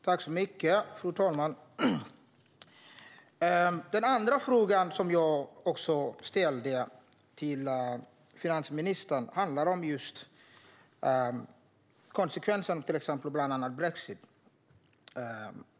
Fru talman! Den andra frågan som jag ställde till finansministern handlar bland annat om konsekvenserna av brexit.